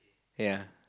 yea